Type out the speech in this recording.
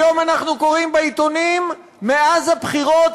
היום אנחנו קוראים בעיתונים: מאז הבחירות,